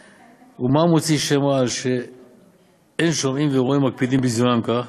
ומה המוציא שם רע על שאין שומעים ורואים ומקפידים בביזיונם כך,